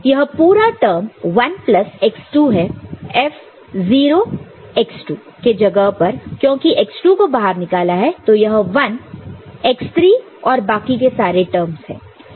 यह पूरा term 1 plus x2 है F 0 x2 के जगह पर क्योंकि x2 को बाहर निकाला है तो यह 1x3 और बाकी के सारे टर्म है